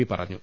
P പറഞ്ഞു